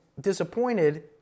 disappointed